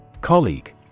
Colleague